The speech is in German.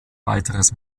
weiteres